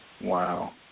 Wow